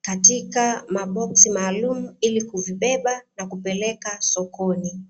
katika maboksi maalumu ili kuvibeba na kupeleka sokoni.